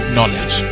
Knowledge